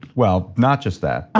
well, not just that. ah